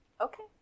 Okay